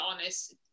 honest